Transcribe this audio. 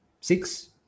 six